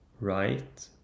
right